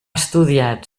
estudiat